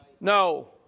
no